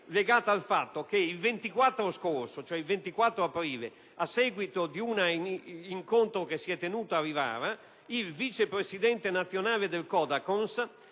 legata al fatto che il 24 aprile scorso, a seguito di un incontro che si è tenuto a Rivara, il vice presidente nazionale del CODACONS